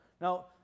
Now